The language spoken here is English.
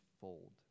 fold